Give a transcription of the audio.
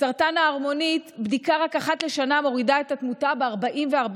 בסרטן הערמונית רק בדיקה אחת לשנה מורידה את התמותה ב-44%.